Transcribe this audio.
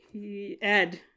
Ed